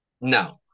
No